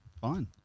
Fine